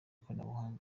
ikoranabuhanga